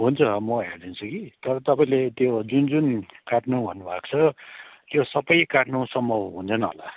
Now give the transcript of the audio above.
हुन्छ म हेरिदिन्छु कि तर तपाईँले त्यो जुन जुन काट्नु भन्नु भएको छ त्यो सब काट्नु सम्भव हुँदैन होला